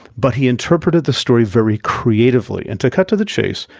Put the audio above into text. but he interpreted the story very creatively. and to cut to the chase,